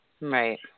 Right